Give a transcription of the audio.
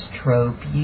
trope